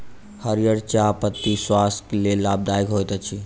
हरीयर चाह पत्ती स्वास्थ्यक लेल लाभकारी होइत अछि